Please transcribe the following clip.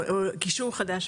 או קישור חדש,